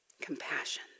Compassion